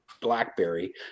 BlackBerry